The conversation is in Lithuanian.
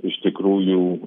iš tikrųjų